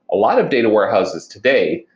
a lot of data warehouses today,